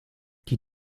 die